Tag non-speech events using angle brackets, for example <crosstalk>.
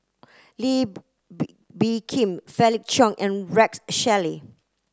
Lee <noise> B Bee Khim Felix Cheong and Rex Shelley